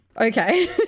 Okay